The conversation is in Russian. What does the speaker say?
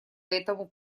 этому